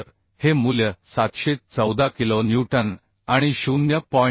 तर हे मूल्य 714 किलो न्यूटन आणि 0